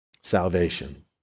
salvation